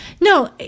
no